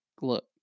look